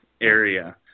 area